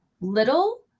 little